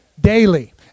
Daily